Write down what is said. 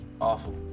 Awful